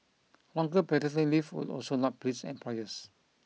longer paternity leave would also not please employers